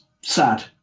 sad